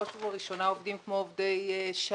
ובראש ובראשונה אלה עובדים כמו עובדי שעה,